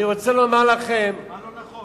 אני רוצה לומר לכם, מה, לא נכון?